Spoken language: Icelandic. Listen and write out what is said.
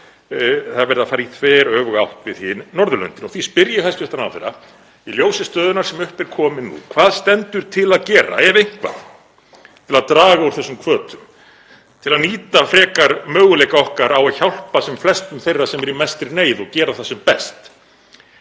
er verið að fara í þveröfuga átt við hin Norðurlöndin. Því spyr ég hæstv. ráðherra í ljósi stöðunnar sem upp er komin nú: Hvað stendur til að gera, ef eitthvað, til að draga úr þessum hvötum og til að nýta frekar möguleika okkar á að hjálpa sem flestum þeirra sem eru í mestri neyð og gera það sem best?